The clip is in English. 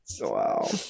Wow